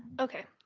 okay,